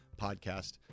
podcast